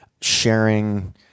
sharing